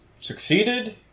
succeeded